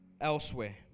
elsewhere